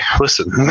listen